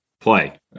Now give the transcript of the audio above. play